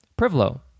Privlo